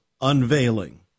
unveiling